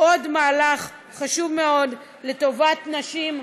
עוד מהלך חשוב מאוד לטובת נשים,